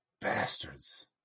bastards